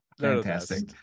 fantastic